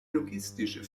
logistische